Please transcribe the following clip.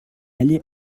allait